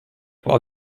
while